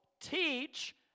teach